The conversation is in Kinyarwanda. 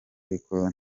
ariko